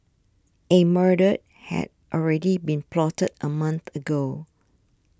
a murder had already been plotted a month ago